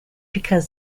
because